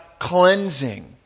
cleansing